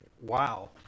wow